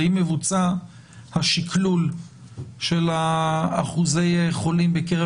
האם מבוצע השקלול של אחוזי החולים בקרב